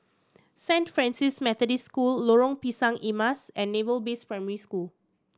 Saint Francis Methodist School Lorong Pisang Emas and Naval Base Primary School